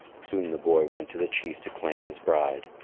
soon the boy went to the chief to claim his bride.